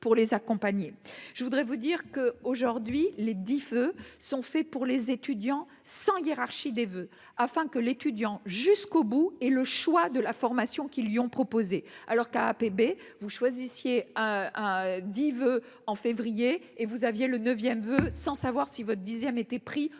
je voudrais vous dire que, aujourd'hui, les dix feux sont faits pour les étudiants sans hiérarchie des voeux afin que l'étudiant jusqu'au bout et le choix de la formation qui lui ont proposé, alors qu'à APB vous choisissiez hein dit veut en février et vous aviez le 9ème veut sans savoir si votre dixième été pris en juin,